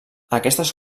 aquestes